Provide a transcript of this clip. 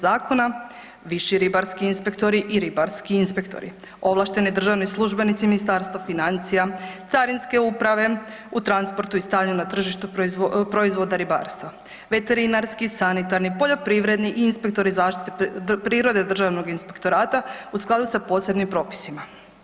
Zakona viši ribarski inspektori, ovlašteni državni službenici Ministarstva financija, Carinske uprave u transportu i stavljanju na tržište proizvoda ribarstva, veterinarski, sanitarni, poljoprivredni i inspektori zaštite prirode Državnog inspektorata u skladu sa posebnim propisima.